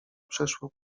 przeszło